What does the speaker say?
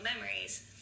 memories